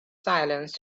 silence